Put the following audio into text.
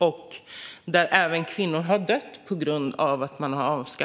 Kvinnor där har även dött på grund av detta.